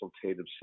consultative